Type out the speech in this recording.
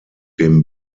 dem